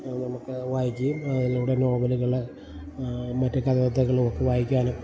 നമുക്ക് വായിക്കുകയും അതിലൂടെ നോവലുകള് മറ്റ് കഥകളും ഒക്കെ വായിക്കാനും